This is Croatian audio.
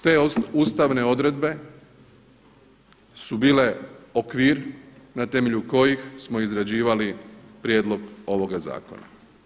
Te ustavne odredbe su bile okvir na temelju kojih smo izrađivali prijedlog ovoga zakona.